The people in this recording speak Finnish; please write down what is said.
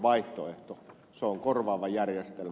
se on korvaava järjestelmä